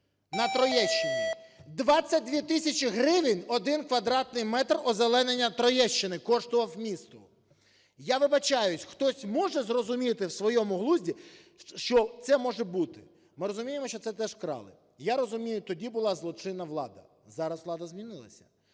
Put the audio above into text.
на Троєщині - 22 тисячі гривень 1 квадратний метр озеленення Троєщини коштував місту. Я вибачаюся, хтось може зрозуміти в своєму глузді, що це може бути? Ми розуміємо, що це теж вкрали. Я розумію, тоді була злочинна влада. Зараз влада змінилася.